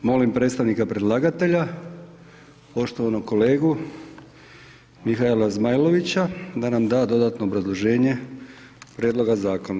Molim predstavnika predlagatelja poštovanog kolegu Mihaela Zmajlovića da nam da dodatno obrazloženje prijedloga zakona.